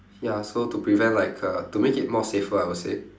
ya so to prevent like uh to make it more safer I would say